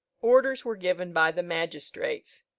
orders were given by the magistrates,